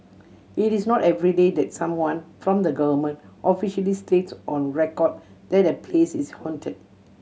it is not everyday that someone from the government officially states on record that a place is haunted